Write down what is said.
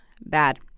bad